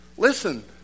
Listen